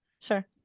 sure